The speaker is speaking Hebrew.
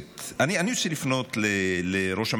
אני רוצה לפנות לראש הממשלה: